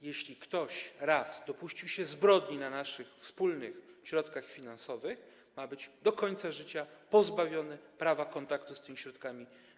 Jeśli ktoś raz dopuścił się zbrodni na naszych wspólnych środkach finansowych, ma być do końca życia pozbawiony prawa kontaktu z tymi środkami.